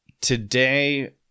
today